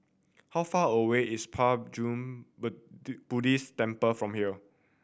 how far away is Puat June Buddhist Temple from here